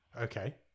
Okay